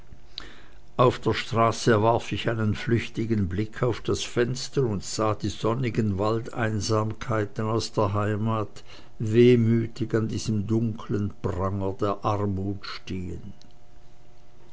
auf der straße warf ich einen flüchtigen blick auf das fenster und sah die sonnigen waldeinsamkeiten aus der heimat wehmütig an diesem dunklen pranger der armut stehen